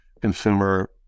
consumer